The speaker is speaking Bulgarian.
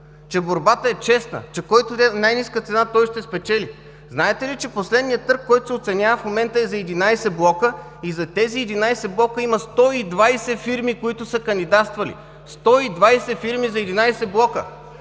че борбата е честна, че който даде най-ниска цена, той ще спечели. Знаете ли, че последният търг, който се оценява в момента, е за 11 блока и за тези 11 блока има 120 фирми, които са кандидатствали? 120 фирми за 11 блока!